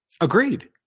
Agreed